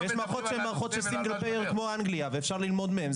ויש מערכות שהן מערכות של single payer כמו אנגליה ואפשר ללמוד מהם,